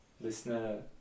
Listener